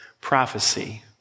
prophecy